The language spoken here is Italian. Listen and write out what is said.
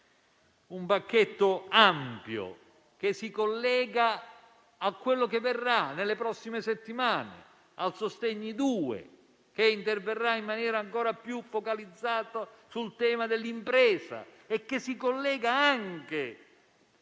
Un pacchetto ampio, che si collega a quello che verrà nelle prossime settimane, al decreto sostegni-*bis*, che interverrà in maniera ancora più focalizzata sul tema dell'impresa; che si collega anche